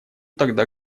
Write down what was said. тогда